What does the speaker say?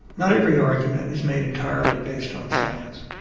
not every argument is made entirely based on science.